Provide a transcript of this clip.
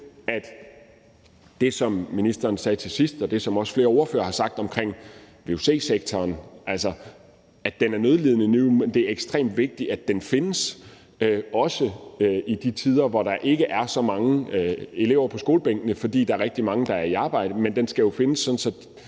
til det, som ministeren sagde til sidst – og som flere ordførere også har sagt – omkring vuc-sektoren, altså at den er nødlidende lige nu, men at det er ekstremt vigtigt, at den findes, også i de tider, hvor der ikke er så mange elever på skolebænkene, fordi der er rigtig mange, der er i arbejde. Men den skal jo findes, sådan at